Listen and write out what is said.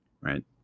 right